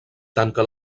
tanca